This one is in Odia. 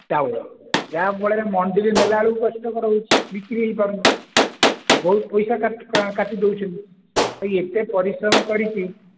ଚାଉଳ ଯାହା ଫଳରେ ମଣ୍ଡିରେ ନେଲାବେଳକୁ କଷ୍ଟକର ହେଉଛି ବିକ୍ରି ହେଇପାରୁନି ଆଉ ବହୁତ ପଇସା କାଟି ଦେଉଛନ୍ତି ଏତେ ପରିଶ୍ରମ କରିକି